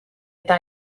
eta